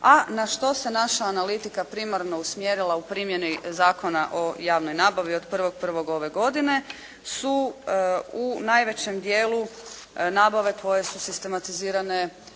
A na što se naša analitika primarno usmjerila u primjeni Zakona o javnoj nabavi od 01. 01. ove godine su u najvećem dijelu nabave koje su sistematizirane